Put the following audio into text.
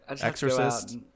Exorcist